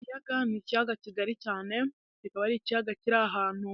Ikiyaga, ni ikiyaga kigari cyane, kikaba ari ikiyaga kiri ahantu,